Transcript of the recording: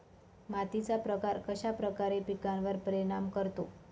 मातीचा प्रकार कश्याप्रकारे पिकांवर परिणाम करतो?